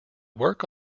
work